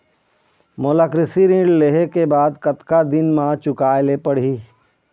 मोला कृषि ऋण लेहे के बाद कतका दिन मा चुकाए ले पड़ही?